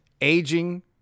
aging